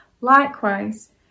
likewise